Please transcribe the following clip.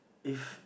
if